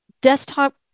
desktop